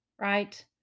right